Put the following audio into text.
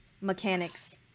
mechanics